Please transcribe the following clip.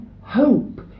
hope